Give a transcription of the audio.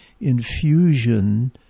infusion